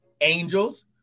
angels